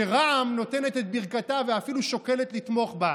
שרע"מ נותנת את ברכתה ואפילו שוקלת לתמוך בה.